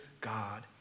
God